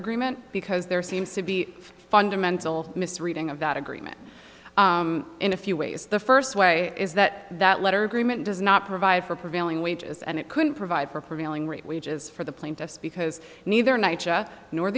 agreement because there seems to be a fundamental misreading of that agreement in a few ways the first way is that that letter agreement does not provide for prevailing wages and it couldn't provide for prevailing rate wages for the plaintiffs because neither n